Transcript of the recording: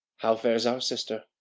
how fares our sister?